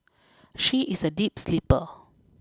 she is a deep sleeper